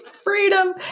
Freedom